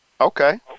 Okay